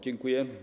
Dziękuję.